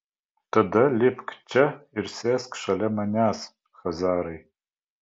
tada lipk čia ir sėsk šalia manęs chazarai